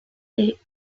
des